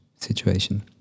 situation